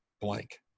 blank